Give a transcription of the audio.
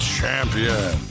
Champion